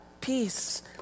peace